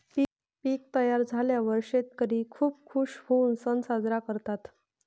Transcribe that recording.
पीक तयार झाल्यावर शेतकरी खूप खूश होऊन सण साजरा करतात